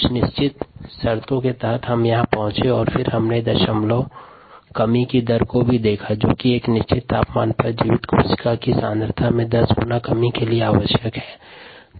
कुछ निश्चित शर्तों के तहत हम यहां पहुंचे और फिर हमने एक दशमलव में कमी की दर को भी देखा जो कि एक निश्चित तापमान पर जीवित कोशिका सांद्रता में 10 गुणा कमी के लिए आवश्यक है